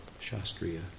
Shastriya